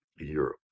Europe